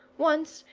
once,